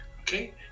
Okay